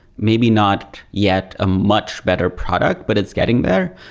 maybe not yet a much better product, but it's getting there.